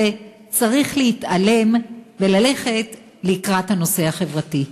צריך להתעלם וללכת לקראת הנושא החברתי.